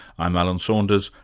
i'm alan saunders,